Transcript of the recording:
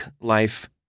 life